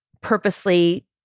purposely